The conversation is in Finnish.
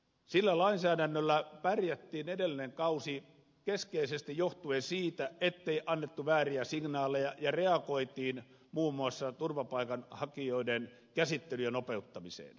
sillä lainsäädännöllä pärjättiin edellinen kausi keskeisesti johtuen siitä ettei annettu vääriä signaaleja ja että reagoitiin muun muassa turvapaikanhakijoiden käsittelyjen nopeuttamiseen